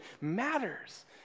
matters